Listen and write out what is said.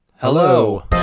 Hello